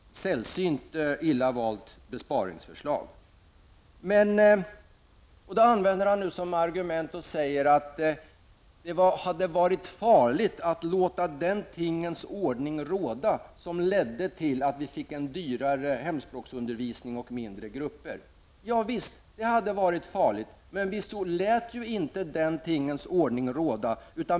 Ett sällsynt illa valt besparingsförslag. Detta använder Göran Persson nu som argument och säger att det hade varit farligt att låta den tingens ordning råda som ledde till att vi fick en dyrare hemspråksundervisning och mindre grupper. Javisst, det hade varit farligt, men vi lät ju inte den tingens ordning råda.